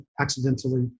accidentally